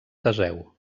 teseu